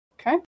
Okay